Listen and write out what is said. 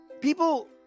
people